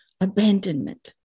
abandonment